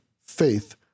faith